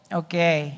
okay